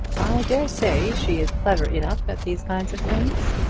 dare say she is clever enough at these kind of things.